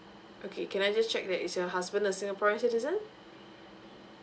okay can I just check that is your husband a singaporean citizen